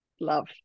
love